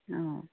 অঁ